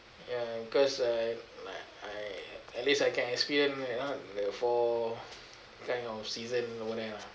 ya cause I I I at least I can experience you know the four kind of season over there lah